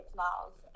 miles